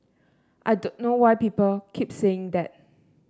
I don't know why people keep saying that